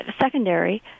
secondary